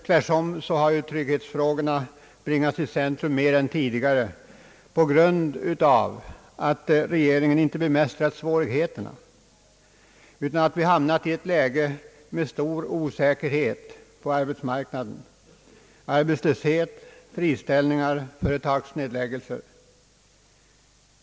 Tvärtom har trygghetsfrågorna bringats i centrum mer än tidigare på grund av att regeringen inte bemästrat svårigheterna utan på grund av att vi hamnat i ett läge med stor osäkerhet på arbetsmarknaden, arbetslöshet, friställningar och företagsnedläggelser.